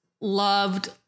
loved